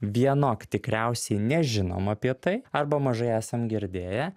vienok tikriausiai nežinom apie tai arba mažai esam girdėję